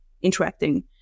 Interacting